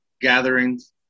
gatherings